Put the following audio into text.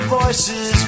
voices